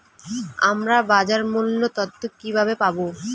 আমরা বাজার মূল্য তথ্য কিবাবে পাবো?